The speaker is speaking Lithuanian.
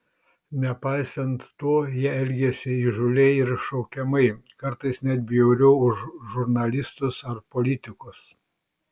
nepaisant to jie elgėsi įžūliai ir iššaukiamai kartais net bjauriau už žurnalistus ar politikus